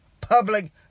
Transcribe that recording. public